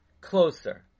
closer